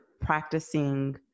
practicing